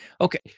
Okay